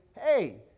hey